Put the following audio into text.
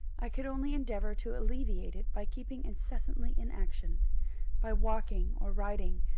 i could only endeavour to alleviate it by keeping incessantly in action by walking or riding,